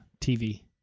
TV